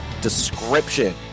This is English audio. description